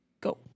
Go